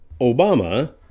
Obama